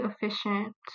efficient